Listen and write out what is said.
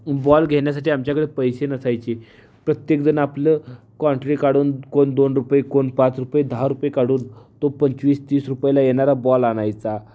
ball घेण्यासाठी आमच्याकडे पैसे नसायचे प्रत्येकजण आपलं क्वांट्री काढून कोण दोन रुपये कोण पाच रुपये दहा रुपये काढून तो पंचवीस तीस रुपयाला येणारा बॉल आणायचा